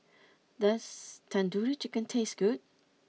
does Tandoori Chicken taste good